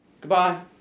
Goodbye